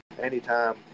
anytime